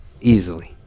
easily